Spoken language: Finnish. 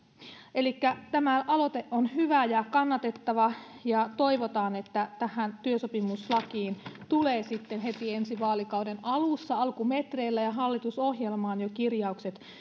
elikkä tämä aloite on hyvä ja kannatettava ja toivotaan että tähän työsopimuslakiin tulee sitten heti ensi vaalikauden alussa alkumetreillä ja hallitusohjelmaan jo kirjaukset